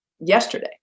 yesterday